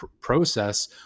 process